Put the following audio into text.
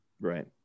Right